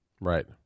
right